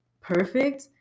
perfect